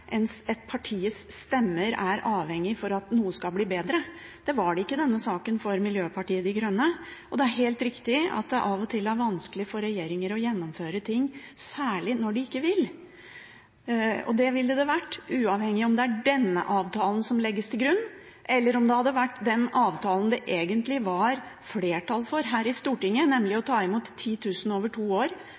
denne saken. Det er helt riktig at det av og til er vanskelig for regjeringer å gjennomføre ting – særlig når de ikke vil. Det ville det ha vært, uavhengig av om det er denne avtalen som legges til grunn, eller om det hadde vært den avtalen som det egentlig var flertall for her i Stortinget, nemlig å ta imot 10 000 over to år